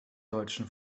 deutschen